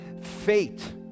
fate